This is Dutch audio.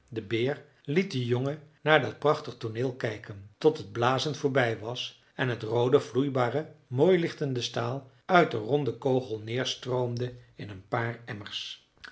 de beer liet den jongen naar dat prachtig tooneel kijken tot het blazen voorbij was en het roode vloeibare mooi lichtende staal uit den ronden kogel neerstroomde in een paar emmers